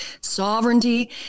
sovereignty